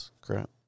Crap